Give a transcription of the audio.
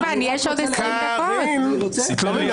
אני רוצה להבהיר